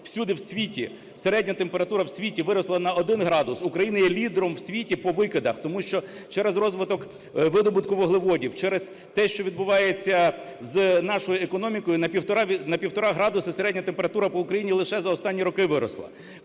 всюди в світі середня температура в світі виросла на 1 градус, Україна є лідером у світі по викидах, тому що через розвиток видобутку вуглеводів, через те, що відбувається з нашою економікою, на півтора градуса середня температура по Україні лише за останні роки виросла.